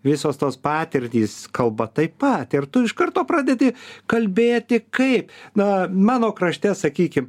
visos tos patirtys kalba taip pat ir tu iš karto pradedi kalbėti kaip na mano krašte sakykim